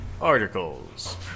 articles